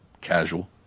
casual